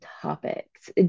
topics